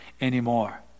anymore